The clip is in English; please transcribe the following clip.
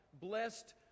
blessed